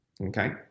okay